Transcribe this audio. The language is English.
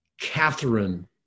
Catherine